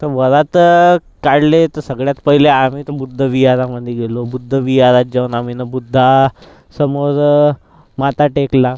तर वरात काढले तर सगळ्यात पहिले आम्ही तर बुद्ध विहारामधे गेलो बुद्ध विहारात जाऊन आम्ही न बुद्धासमोर माथा टेकला